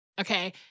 okay